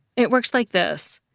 it works like this.